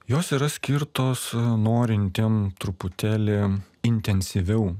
jos yra skirtos norintiem truputėlį intensyviau